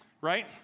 right